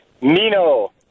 Nino